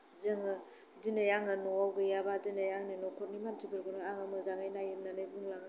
जोङो दिनै आङो न'आव गैयाबा दिनै आंनि न'खरनि मानसिफोरखौनो आङो मोजाङै नाय होन्नानै बुंलाङो